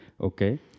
Okay